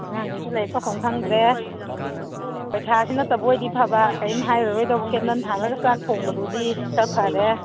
ꯑꯉꯥꯡꯒꯩꯁꯨ ꯂꯥꯏꯔꯤꯛ ꯄꯥꯐꯝ ꯈꯪꯗ꯭ꯔꯦ ꯄꯔꯤꯈ꯭ꯋꯥꯁꯤ ꯅꯠꯇꯕ ꯑꯣꯏꯔꯗꯤ ꯐꯥꯕ ꯀꯔꯤꯝ ꯍꯥꯏꯔꯔꯣꯏꯗꯧꯕ ꯀꯦꯟꯗꯜ ꯊꯥꯜꯂꯒ ꯆꯥꯛ ꯊꯣꯡꯕꯗꯨꯗꯤ ꯈꯔ ꯐꯔꯦ